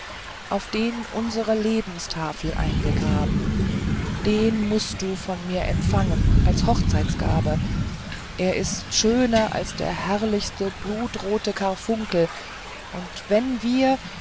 auf den unsere lebenstafel eingegraben den mußt du von mir empfangen als hochzeitsgabe er ist schöner als der herrlichste blutrote karfunkel und wenn wir